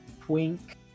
Twink